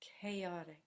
chaotic